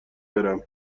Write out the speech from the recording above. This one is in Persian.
برم